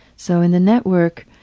so in the network